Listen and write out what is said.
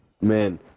Man